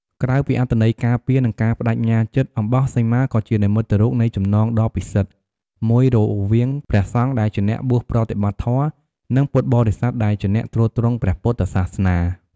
ក្រៅពីអត្ថន័យការពារ និងការប្តេជ្ញាចិត្ត អំបោះសីមាក៏ជានិមិត្តរូបនៃចំណងដ៏ពិសិដ្ឋមួយរវាងព្រះសង្ឃដែលជាអ្នកបួសប្រតិបត្តិធម៌ និងពុទ្ធបរិស័ទដែលជាអ្នកទ្រទ្រង់ព្រះពុទ្ធសាសនា។